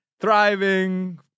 thriving